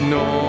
no